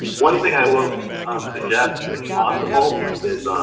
one thing i will suggest, if possible, is,